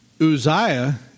Uzziah